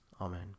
Amen